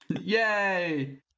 Yay